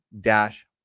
dash